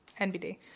NBD